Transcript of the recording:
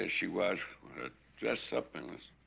ah she was dressed up in this